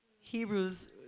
Hebrews